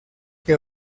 que